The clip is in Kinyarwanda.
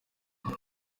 ubu